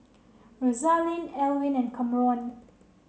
Rosaline Elwin and Camron